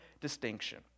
distinction